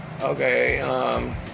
Okay